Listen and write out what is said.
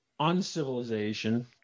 uncivilization